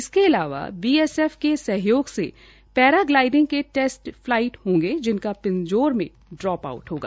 इसके अलावा B S F के सहयोग से पैरागलाईडिंग के टेटस फलाईट होंगे जिनका पिंजौर में ड्रोप आउट होगा